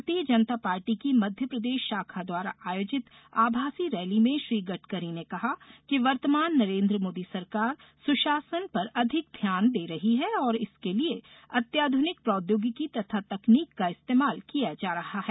भारतीय जनता पार्टी की मध्य प्रदेश शाखा द्वारा आयोजित आभासी रैली में श्री गडकरी ने कहा कि वर्तमान नरेन्द्र मोदी सरकार सुशासन पर अधिक ध्यान दे रही है और इसके लिए अत्याध्रनिक प्रौद्योगिकी तथा तकनीक का इस्तेमाल किया जा रहा है